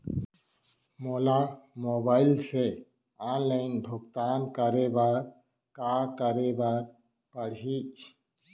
मोला मोबाइल से ऑनलाइन भुगतान करे बर का करे बर पड़ही?